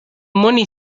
money